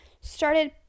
started